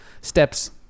steps